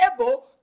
able